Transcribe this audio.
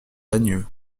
dagneux